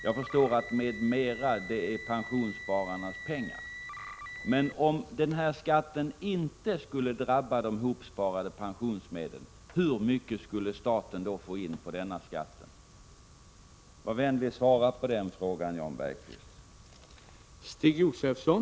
Jag förstår att ”m.m.” avser pensionsspararnas pengar. Om denna engångsskatt inte skulle drabba de ihopsparade pensionsmedlen, hur mycket pengar skulle då staten få in? Var vänlig och svara på den frågan, Jan Bergqvist!